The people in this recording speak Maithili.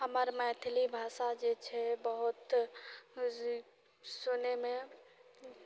हमर मैथिली भाषा जे छै बहुत सुनयमे